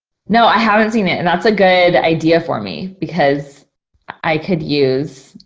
no, i haven't seen it. and that's a good idea for me because i could use,